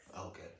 okay